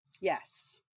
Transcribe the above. Yes